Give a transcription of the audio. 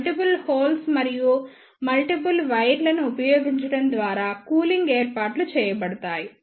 ఈ multiple holes మరియు multiple వైర్లను ఉపయోగించడం ద్వారా కూలింగ్ ఏర్పాట్లు చేయబడతాయి